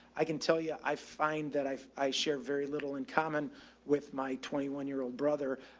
i can tell you, i find that i've, i share very little in common with my twenty one year old brother,